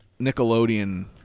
Nickelodeon